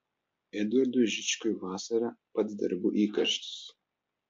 edvardui žičkui vasara pats darbų įkarštis